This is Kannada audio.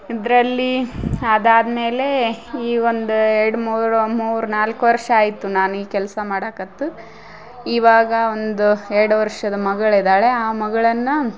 ಇದರಲ್ಲಿ ಅದು ಆದ್ಮೇಲೇ ಈ ಒಂದು ಎರಡು ಮೂರು ಮೂರು ನಾಲ್ಕು ವರ್ಷ ಆಯಿತು ನಾನು ಈ ಕೆಲಸ ಮಾಡಾಕತ್ತು ಇವಾಗ ಒಂದು ಎರಡು ವರ್ಷದ ಮಗಳಿದ್ದಾಳೆ ಆ ಮಗಳನ್ನ